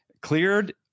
cleared